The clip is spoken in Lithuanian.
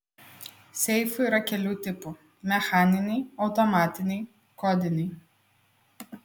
seifų yra kelių tipų mechaniniai automatiniai kodiniai